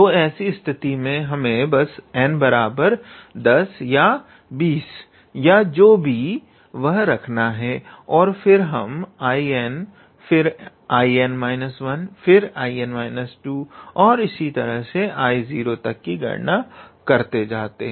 तो ऐसी स्थिति में हमें बस n10 या 20 या जो भी है वह रखना है और फिर हम 𝐼𝑛फिर 𝐼𝑛−1 फिर 𝐼𝑛−2 इसी तरह से 𝐼0 तक की गणना करते जाते हैं